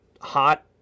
hot